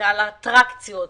על האטרקציות,